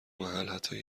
محل، حتی